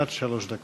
עד שלוש דקות.